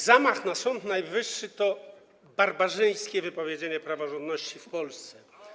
Zamach na Sąd Najwyższy to barbarzyńskie wypowiedzenie zasady praworządności w Polsce.